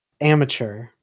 Amateur